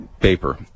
paper